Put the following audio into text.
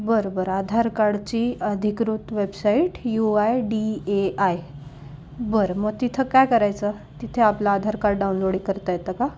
बरं बरं आधार कार्डची अधिकृत website U I D A I बरं मग तिथं काय करायचं तिथे आपलं आधार कार्ड डाउनलोड करता येतं का